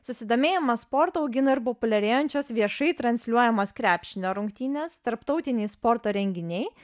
susidomėjimą sportu augino ir populiarėjančios viešai transliuojamos krepšinio rungtynės tarptautiniai sporto renginiai